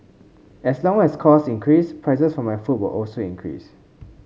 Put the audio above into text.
as long as costs increase prices for my food will also increase